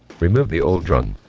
remove the old drum.